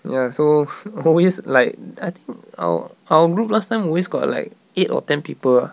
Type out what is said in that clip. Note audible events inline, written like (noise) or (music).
ya so (laughs) we always like I think our our group last time we always got like eight or ten people ah